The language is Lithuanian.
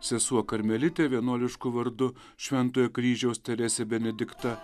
sesuo karmelitė vienuolišku vardu šventojo kryžiaus teresė benedikta